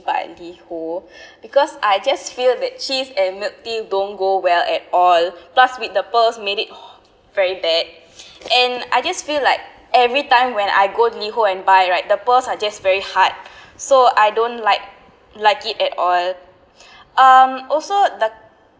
by LiHO because I just feel that cheese and milk tea don't go well at all plus with the pearls made it very bad and I just feel like every time when I go LiHO and buy right the pearls are just very hot so I don't like like it at all um also the